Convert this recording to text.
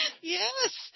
Yes